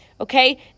okay